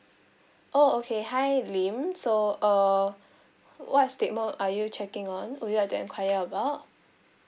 oh okay hi lim so uh what statement are you checking on or you are to enquire about